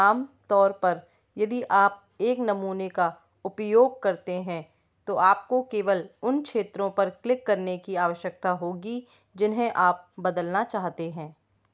आम तौर पर यदि आप एक नमूने का उपयोग करते हैं तो आपको केवल उन क्षेत्रों पर क्लिक करने की आवश्यकता होगी जिन्हें आप बदलना चाहते हैं